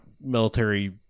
military